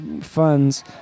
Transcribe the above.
funds